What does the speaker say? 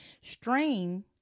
Strain